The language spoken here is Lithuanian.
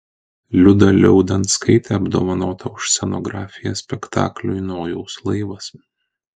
liuda liaudanskaitė apdovanota už scenografiją spektakliui nojaus laivas